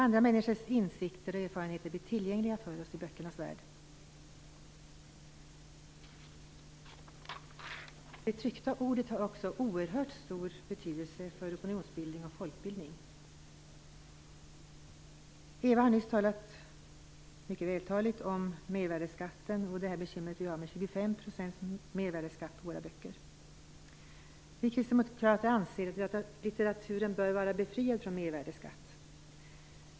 Andra människors insikter och erfarenheter blir tillgängliga för oss i böckernas värld. Det tryckta ordet har också oerhört stor betydelse för opinionsbildning och folkbildning. Ewa Larsson har nyss mycket vältaligt berört mervärdesskatten och bekymret vi har med 25 % mervärdesskatt på våra böcker. Vi kristdemokrater anser att litteraturen bör vara befriad från mervärdesskatt.